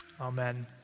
Amen